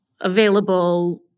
available